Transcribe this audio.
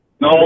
No